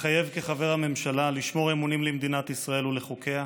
מתחייב כחבר הממשלה לשמור אמונים למדינת ישראל ולחוקיה,